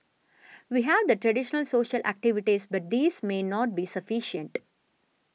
we have the traditional social activities but these may not be sufficient